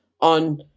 on